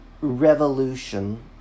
Revolution